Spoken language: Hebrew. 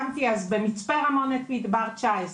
במצפה רמון הקמתי את מדבר 19,